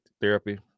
therapy